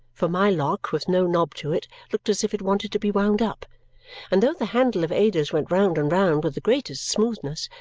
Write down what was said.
for my lock, with no knob to it, looked as if it wanted to be wound up and though the handle of ada's went round and round with the greatest smoothness,